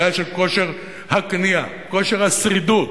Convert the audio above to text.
הבעיה של כושר הקנייה, כושר השרידות.